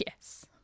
Yes